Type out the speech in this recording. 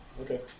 Okay